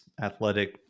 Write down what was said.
athletic